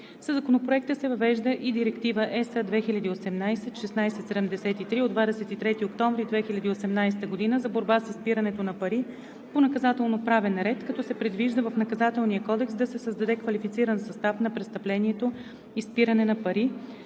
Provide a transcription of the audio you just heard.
Със Законопроекта се въвежда и Директива (ЕС) 2018/1673 от 23 октомври 2018 г. за борба с изпирането на пари по наказателноправен ред, като се предвижда в Наказателния кодекс да се създаде квалифициран състав на престъплението „изпиране на пари“,